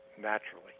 naturally